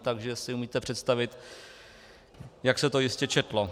Takže si umíte představit, jak se to jistě četlo.